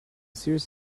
series